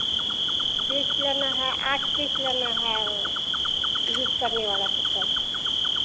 piece लेना है आठ पीस लेना है ओ यूज़ करने वाला चप्पल